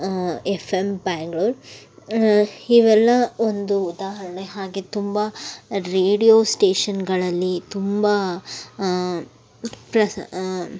F M Bengaluru ಇವೆಲ್ಲ ಒಂದು ಉದಾಹರಣೆ ಹಾಗೆ ತುಂಬ ರೇಡಿಯೋ ಸ್ಟೇಷನ್ಗಳಲ್ಲಿ ತುಂಬ ಪ್ರಸ